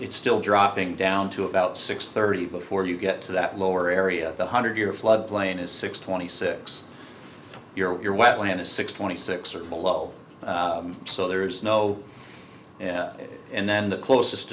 it's still dropping down to about six thirty before you get to that lower area the hundred year flood plain is six twenty six your wetland is six twenty six or below so there is no and then the closest